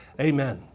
Amen